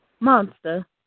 Monster